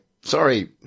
Sorry